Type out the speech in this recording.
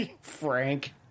Frank